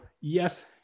yes